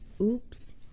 Oops